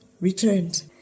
returned